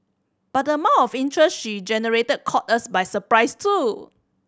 but the amount of interest she generated caught us by surprise too